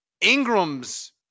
Ingram's